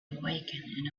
awaken